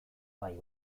bai